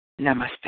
Namaste